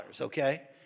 Okay